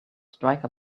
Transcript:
strike